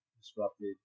disrupted